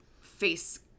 face